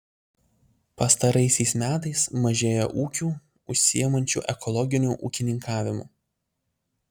pastaraisiais metais mažėja ūkių užsiimančių ekologiniu ūkininkavimu